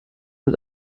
mit